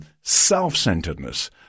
self-centeredness